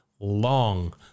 Long